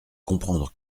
comprendre